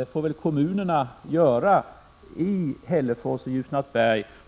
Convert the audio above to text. Det får resp. kommuner göra,